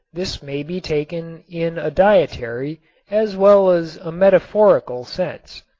this may be taken in a dietary as well as a metaphorical sense.